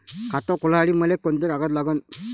खात खोलासाठी मले कोंते कागद लागन?